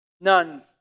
None